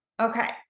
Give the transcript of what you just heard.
Okay